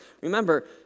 Remember